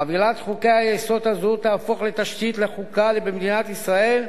חבילת חוקי-היסוד הזו תהפוך לתשתית לחוקה במדינת ישראל.